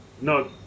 No